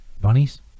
bunnies